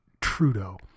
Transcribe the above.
trudeau